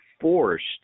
forced